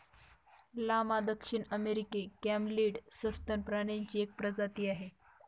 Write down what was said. llama दक्षिण अमेरिकी camelid सस्तन प्राण्यांची एक प्रजाती आहे